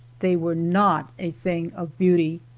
they were not a thing of beauty.